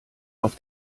auf